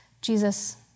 Jesus